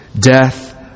death